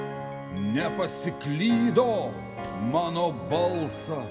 nepasiklydo mano balsas